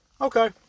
Okay